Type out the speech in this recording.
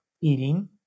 eating